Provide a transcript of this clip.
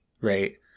right